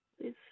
Please